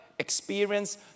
experience